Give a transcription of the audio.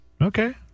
Okay